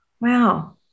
Wow